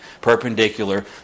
perpendicular